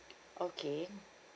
okay